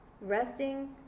Resting